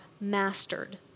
mastered